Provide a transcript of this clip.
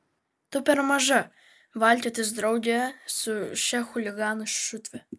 tu per maža valkiotis drauge su šia chuliganų šutve